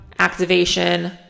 activation